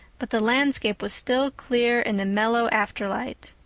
but the landscape was still clear in the mellow afterlight.